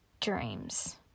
dreams